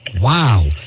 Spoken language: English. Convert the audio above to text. Wow